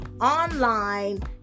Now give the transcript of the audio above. online